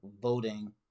voting